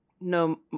no